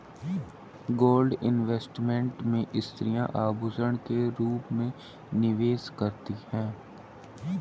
gold investment में स्त्रियां आभूषण के रूप में निवेश करती हैं